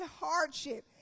hardship